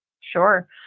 Sure